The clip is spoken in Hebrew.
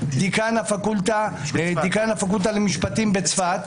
דיקן הפקולטה למשפטים בצפת.